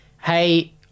hey –